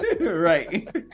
Right